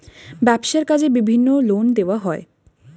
ব্যবসার কাজে বিভিন্ন লোন দেওয়া হয়